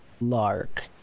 Lark